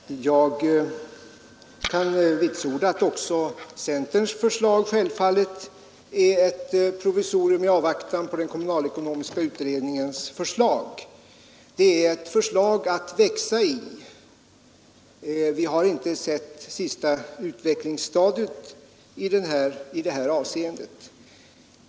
Herr talman! Jag kan vitsorda att också centerns förslag självfallet är ett provisorium i avvaktan på kommunalekonomiska utredningens förslag. Det är ett förslag att växa i. Vi har inte sett det sista utvecklingsstadiet i detta avseende.